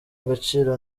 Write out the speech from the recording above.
agaciro